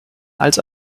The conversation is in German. als